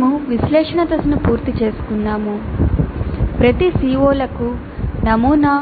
మేము విశ్లేషణ దశను పూర్తి చేసాము ప్రతి CO లకు నమూనా